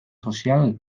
sozial